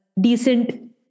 decent